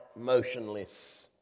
motionless